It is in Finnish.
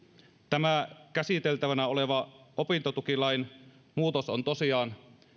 tämä käsiteltävänä oleva opintotukilain muutos on tosiaan